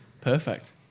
Perfect